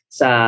sa